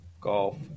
Golf